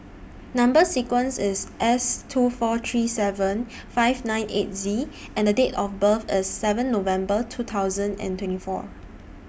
Number sequence IS S two four three seven five nine eight Z and Date of birth IS seven November two thousand and twenty four